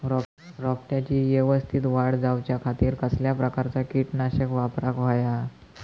रोपट्याची यवस्तित वाढ जाऊच्या खातीर कसल्या प्रकारचा किटकनाशक वापराक होया?